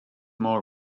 more